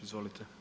Izvolite.